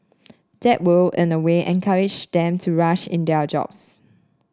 that will in a way encourage them to rush in their jobs